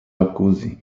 jacuzzi